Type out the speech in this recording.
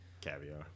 Caviar